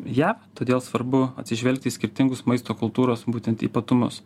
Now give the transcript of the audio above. jav todėl svarbu atsižvelgti į skirtingus maisto kultūros būtent ypatumus